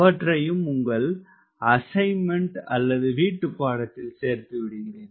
அவற்றையும் உங்கள் அசைன்மென்ட் அல்லது வீட்டுப்பாட்த்தில் சேர்த்துவிடுகிறேன்